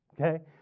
okay